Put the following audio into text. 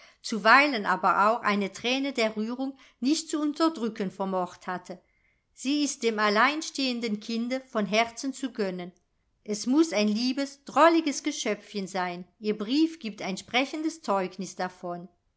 zuweilen aber auch eine thräne der rührung nicht zu unterdrücken vermocht hatte sie ist dem alleinstehenden kinde von herzen zu gönnen es muß ein liebes drolliges geschöpfchen sein ihr brief giebt ein sprechendes zeugnis davon